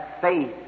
faith